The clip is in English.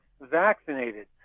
vaccinated